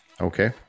Okay